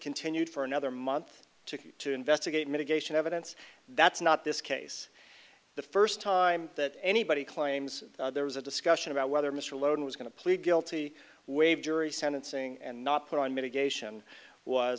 continued for another month to investigate mitigation evidence that's not this case the first time that anybody claims there was a discussion about whether mr logan was going to plead guilty waive jury sentencing and not put on mitigation was